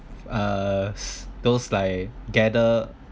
uh those like gather